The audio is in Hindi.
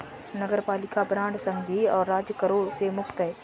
नगरपालिका बांड संघीय और राज्य करों से मुक्त हैं